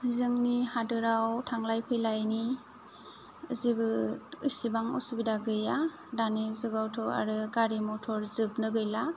जोंनि हादोराव थांलाय फैलायनि जेबो एसेबां उसुबिदा गैया दानि जुगावथ' आरो गारि मथर जोबनो गैला